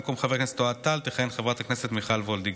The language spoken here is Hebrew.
במקום חבר הכנסת אוהד טל תכהן חברת הכנסת מיכל וולדיגר.